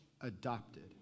adopted